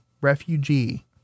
refugee